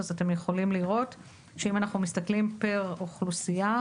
אתם יכולים לראות שאם אנחנו מסתכלים פר אוכלוסייה,